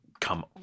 come